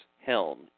helm